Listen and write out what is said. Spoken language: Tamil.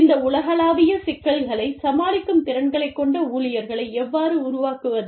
இந்த உலகளாவிய சிக்கல்களைச் சமாளிக்கும் திறன்களை கொண்ட ஊழியர்களை எவ்வாறு உருவாக்குவது